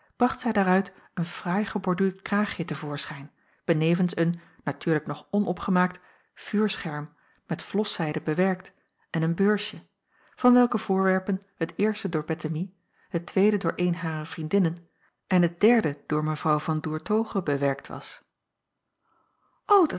bracht zij daaruit een fraai geborduurd kraagje te voorschijn benevens een natuurlijk nog onopgemaakt vuurscherm met vloszijde bewerkt en een beursje van welke voorwerpen het eerste door bettemie het tweede door eene harer vriendinnen en het derde door mw van doertoghe bewerkt was